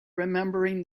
remembering